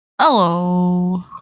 Hello